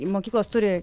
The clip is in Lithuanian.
mokyklos turi